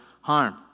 harm